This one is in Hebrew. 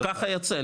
ככה יוצא,